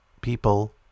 People